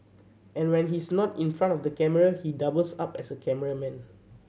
and when he's not in front of the camera he doubles up as a cameraman